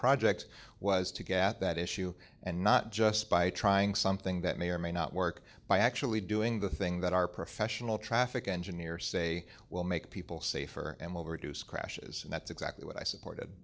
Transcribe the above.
project was to get at that issue and not just by trying something that may or may not work by actually doing the thing that our professional traffic engineer say will make people safer and will reduce crashes and that's exactly what i supported